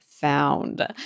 found